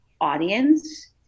audience